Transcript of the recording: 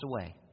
away